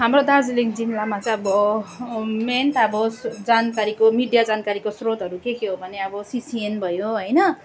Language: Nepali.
हाम्रो दार्जिलिङ जिल्लामा चाहिँ अब मेन त अब जानकारीको मिडिया जानकारीको स्रोतहरू के के हो भने अब सिसिएन भयो होइन